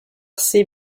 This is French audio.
ses